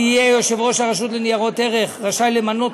יהיה יושב-ראש רשות ניירות ערך רשאי למנות